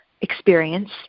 experience